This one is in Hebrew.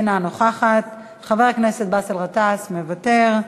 אינה נוכחת, חבר הכנסת באסל גטאס, מוותר.